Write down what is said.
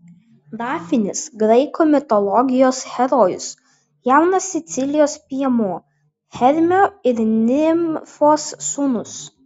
dafnis graikų mitologijos herojus jaunas sicilijos piemuo hermio ir nimfos sūnus